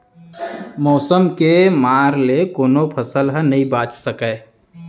मउसम के मार ले कोनो फसल ह नइ बाच सकय